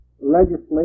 legislative